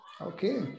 Okay